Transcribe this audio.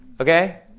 Okay